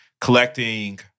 collecting